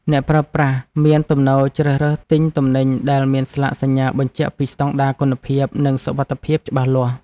អ្នកប្រើប្រាស់មានទំនោរជ្រើសរើសទិញទំនិញដែលមានស្លាកសញ្ញាបញ្ជាក់ពីស្តង់ដារគុណភាព និងសុវត្ថិភាពច្បាស់លាស់។